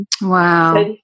wow